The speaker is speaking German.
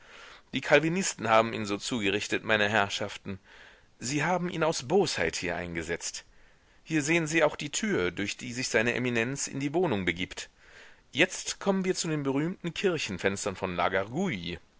die kalvinisten haben ihn so zugerichtet meine herrschaften sie haben ihn aus bosheit hier eingesetzt hier sehen sie auch die tür durch die sich seine eminenz in die wohnung begibt jetzt kommen wir zu den berühmten kirchenfenstern von